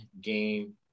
game